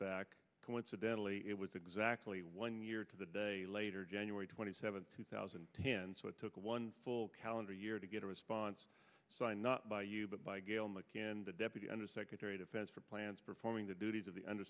back coincidentally it was exactly one year to the day later january twenty seventh two thousand and ten so it took one full calendar year to get a response so i not by you but by gail mccann the deputy undersecretary of defense for plans performing the duties of the